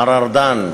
מר ארדן,